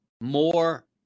more